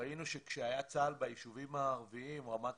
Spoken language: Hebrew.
ראינו שכשהיה צה"ל ביישובים הערביים רמת